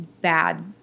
bad